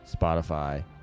Spotify